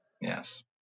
Yes